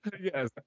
Yes